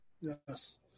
Yes